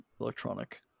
electronic